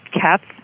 cats